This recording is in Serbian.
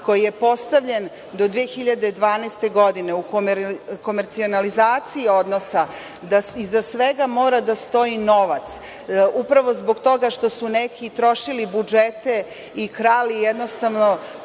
koji je postavljen do 2012. godine u komercionalizaciji odnosa, da iza svega mora da stoji novac, upravo zbog toga što su neki trošili budžete i krali jednostavno